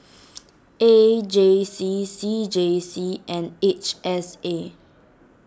A J C C J C and H S A